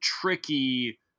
tricky